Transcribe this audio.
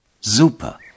Super